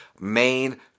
main